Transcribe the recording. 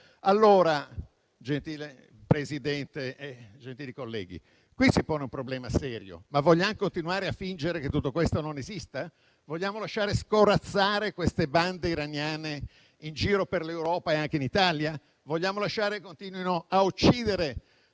Signor Presidente, onorevoli colleghi, qui si pone un problema serio. Vogliamo continuare a fingere che tutto questo non esista? Vogliamo lasciare scorrazzare queste bande iraniane in giro per l'Europa e anche in Italia? Vogliamo lasciare che continuino a uccidere